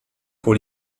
pour